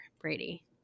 Brady